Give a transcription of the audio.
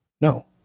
No